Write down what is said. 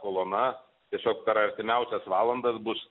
kolona tiesiog per artimiausias valandas bus